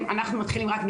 מיכל, לפני